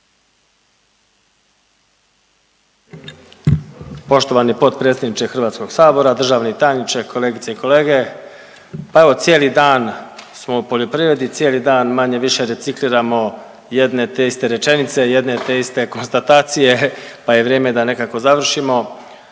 Poštovani potpredsjedniče Hrvatskog sabora, državni tajniče, kolegice i kolege, pa evo cijeli dan smo u poljoprivredi, cijeli dan manje-više recitiramo jedne te iste rečenice, jedne te konstatacije pa je vrijeme da nekako završimo.